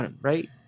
right